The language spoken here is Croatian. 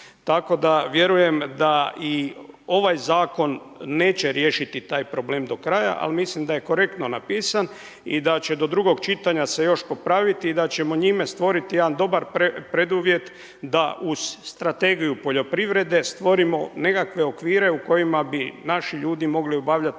Tako da vjerujem da i ovaj zakon neće riješiti taj problem do kraja. Ali mislim da je korektno napisan i da će do drugog čitanja se još popraviti i da ćemo njime stvoriti jedan dobar preduvjet da uz Strategiju poljoprivrede stvorimo nekakve okvire u kojima bi naši ljudi mogli obavljati